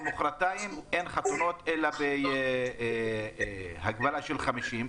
מחרתיים אין חתונות אלא בהגבלה של 50 איש.